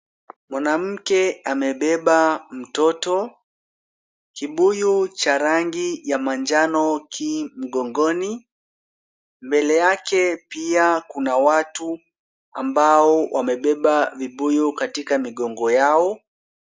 Mwanamke amebeba mtoto. Kibuyu cha rangi ya manjano ki mgongoni. Mbele yake pia kuna watu ambao wamebeba vibuyu katika migongo yao.